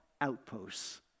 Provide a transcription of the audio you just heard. outposts